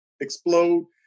explode